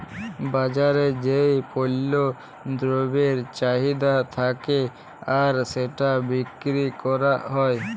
বাজারে যেই পল্য দ্রব্যের চাহিদা থাক্যে আর সেটা বিক্রি ক্যরা হ্যয়